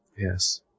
Yes